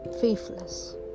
Faithless